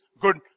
good